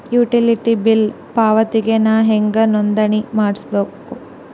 Utility bill ಪಾವತಿಗೆ ನಾ ಹೆಂಗ್ ನೋಂದಣಿ ಮಾಡ್ಸಬೇಕು?